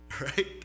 Right